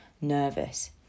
nervous